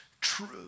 true